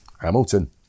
Hamilton